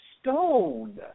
stoned